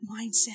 mindset